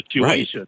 Right